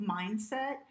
mindset